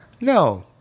No